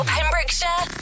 Pembrokeshire